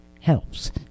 helps